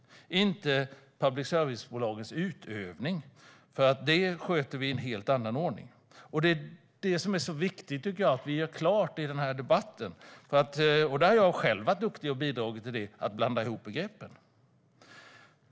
Det handlar inte om public service-bolagens utövning, som vi sköter i en helt annan ordning. Detta är viktigt att göra klart i debatten. Jag har själv varit "duktig" och bidragit till att blanda ihop begreppen.